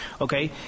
okay